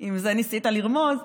אם לזה ניסית לרמוז,